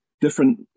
different